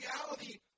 reality